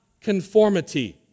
conformity